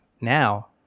now